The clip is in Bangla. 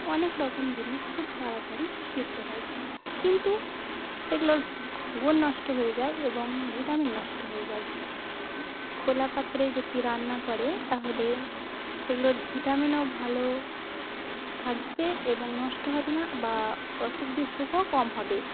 অনেক রকম জিনিস খুব তাড়াতাড়ি সেদ্ধ হয় কিন্তু সেগুলোর গুণ নষ্ট হয়ে যায় এবং ভিটামিন নষ্ট হয়ে যায় খোলা পাত্রে যদি রান্না করে তাহলে সেগুলোর ভিটামিনও ভালো থাকবে এবং নষ্ট হবে না বা অসুখ বিসুখও কম হবে